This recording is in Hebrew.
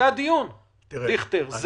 זה הדיון, דיכטר.